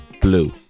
blue